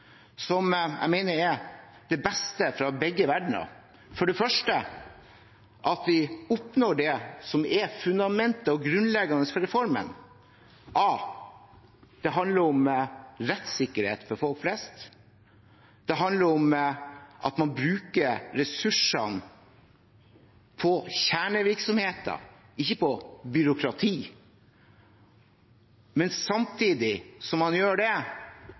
som jeg mener er det beste fra begge verdener. Vi oppnår det som er fundamentet og grunnleggende for reformen. Det handler om rettssikkerhet for folk flest, det handler om at man bruker ressursene på kjernevirksomheten, ikke på byråkrati. Men samtidig som man gjør det,